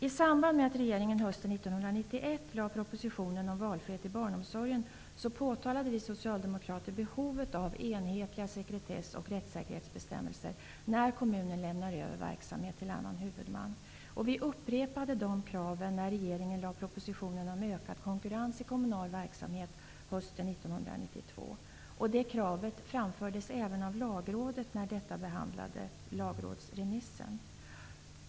I samband med att regeringen hösten 1991 lade fram propositionen om valfrihet i barnomsorgen påpekade vi socialdemokrater behovet av enhetliga sekretess och rättssäkerhetsbestämmelser när kommunen lämnar över verksamhet till annan huvudman. Vi upprepade de kraven när regeringen hösten 1992 lade fram propositionen om ökad konkurrens i kommunal verksamhet. Det kravet framfördes även av Lagrådet i dess remissvar.